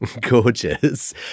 gorgeous